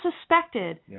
suspected